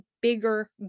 bigger